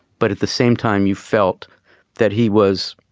but at the same time you felt that he was